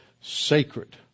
sacred